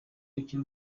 akiri